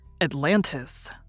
Atlantis